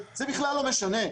זה בכלל לא משנה.